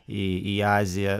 į į aziją